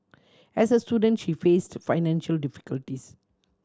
as a student she face to financial difficulties